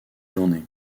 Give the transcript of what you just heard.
journée